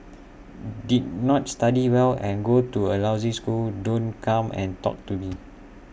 did not study well and go to A lousy school don't come and talk to me